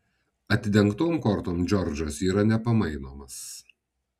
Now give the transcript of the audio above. atidengtom kortom džordžas yra nepamainomas